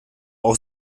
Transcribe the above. auch